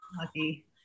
lucky